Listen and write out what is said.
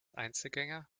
einzelgänger